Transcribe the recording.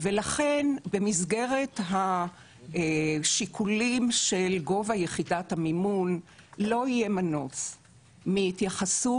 ולכן במסגרת השיקולים של גובה יחידת המימון לא יהיה מנוס מהתייחסות